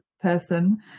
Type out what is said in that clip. person